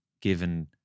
given